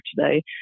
today